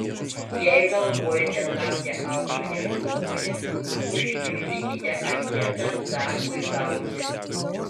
jei galvojate tapti aukso ieškotoja užpildykite anketą darbui gauti